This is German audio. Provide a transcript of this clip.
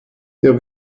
der